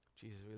Jesus